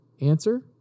Answer